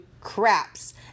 Craps